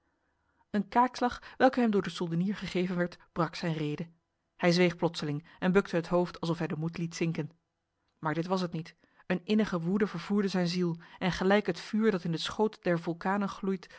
een kaakslag welke hem door de soldenier gegeven werd brak zijn rede hij zweeg plotseling en bukte het hoofd alsof hij de moed liet zinken maar dit was het niet een innige woede vervoerde zijn ziel en gelijk het vuur dat in de schoot der vulkanen gloeit